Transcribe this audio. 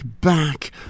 back